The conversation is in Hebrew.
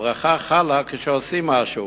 הברכה חלה כשעושים משהו.